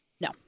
No